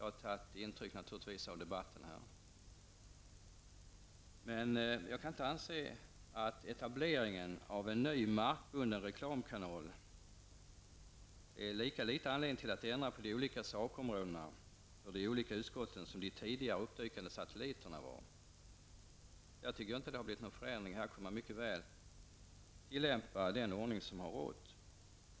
Naturligtvis har jag tagit intryck av debatten. Men jag kan inte anse att etableringen av en ny markbunden reklamkanal, lika litet som de tidigare uppdykande satelliterna, ger anledning att ändra på de olika sakområdena för utskotten. Jag tycker inte att det har skett någon förändring, utan man kunde mycket väl tillämpa den ordning som har rått.